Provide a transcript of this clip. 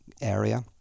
area